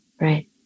right